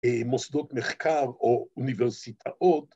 ‫מוסדות מחקר או אוניברסיטאות.